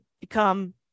become